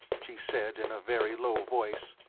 she said in a very low voice.